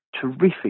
terrific